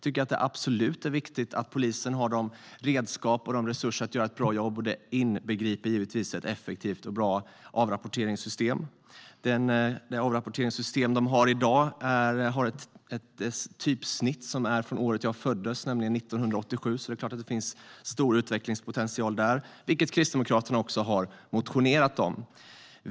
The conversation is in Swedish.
Det är absolut viktigt att polisen har rätt redskap och resurser för att göra ett bra jobb, och det inbegriper givetvis ett effektivt och bra avrapporteringssystem. Dagens avrapporteringssystem har ett typsnitt som är från det år jag föddes, 1987, så det är klart att det finns stor utvecklingspotential, vilket Kristdemokraterna också har motionerat om.